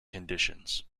conditions